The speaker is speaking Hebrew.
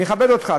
אני מכבד אותך,